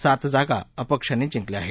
सात जागा अपक्षांनी जिंकल्या आहेत